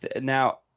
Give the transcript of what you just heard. now